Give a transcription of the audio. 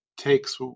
takes